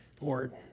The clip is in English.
Lord